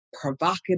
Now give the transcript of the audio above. provocative